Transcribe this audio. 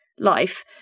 life